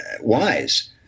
wise